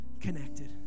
connected